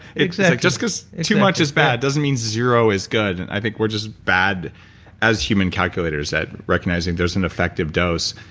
exactly just because too much is bad, doesn't mean zero is good. and i think we're just bad as human calculators at recognizing, there's an effective dose,